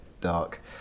dark